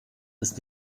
ist